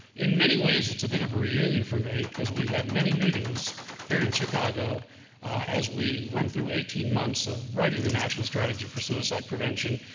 in many ways, it's a bit of a reunion for me, because we had many meetings here in chicago as we went through eighteen months of writing the national strategy for suicide prevention,